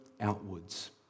outwards